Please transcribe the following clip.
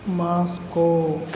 Moscow